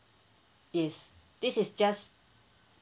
yes this is just